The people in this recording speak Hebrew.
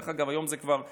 דרך אגב, היום זה כבר התאזן.